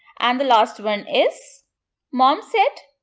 and the last one is mom said,